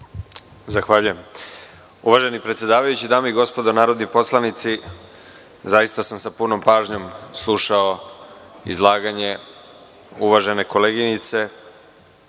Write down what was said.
Zahvaljujem. Uvaženi predsedavajući, dame i gospodo narodni poslanici, zaista sam sa punom pažnjom slušao izlaganje uvažene koleginice.